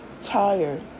tired